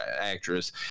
actress